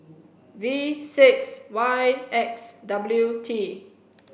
V six Y X W T